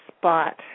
spot